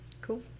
Cool